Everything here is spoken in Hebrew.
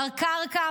בקרקע,